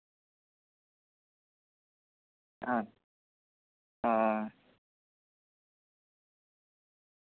ᱮᱸ ᱦᱮᱸ